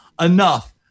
enough